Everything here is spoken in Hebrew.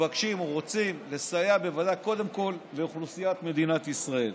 מתבקשים או רוצים לסייע בוודאי קודם כול לאוכלוסיית מדינת ישראל.